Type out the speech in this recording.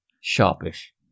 sharpish